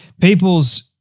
people's